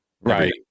right